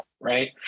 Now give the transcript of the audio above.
Right